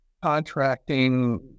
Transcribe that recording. contracting